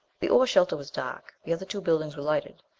the ore shelter was dark the other two buildings were lighted.